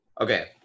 okay